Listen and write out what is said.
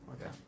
Okay